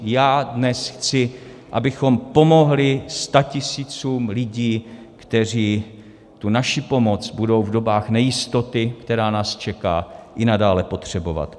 Já dnes chci, abychom pomohli statisícům lidí, kteří tu naši pomoc budou v dobách nejistoty, která nás čeká, i nadále potřebovat.